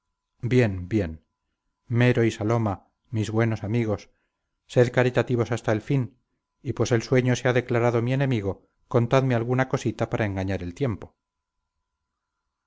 bien bien mero y saloma mis buenos amigos sed caritativos hasta el fin y pues el sueño se ha declarado mi enemigo contadme alguna cosita para engañar el tiempo